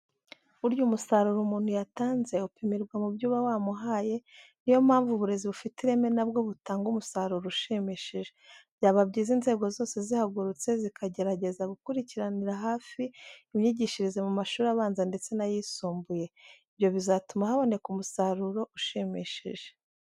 Burya umusaruro umuntu yatanze upimirwa mu byo uba wamuhaye, ni yo mpamvu uburezi bufite ireme na bwo butanga umusaruro ushimishije. Byaba byiza inzego zose zihagurutse zikageregeza gukurikiranira hafi imyigishirize mu mashuri abanza ndetse n'ayisumbuye. Ibyo bizatuma haboneka umusaruro ushimishije.